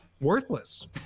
worthless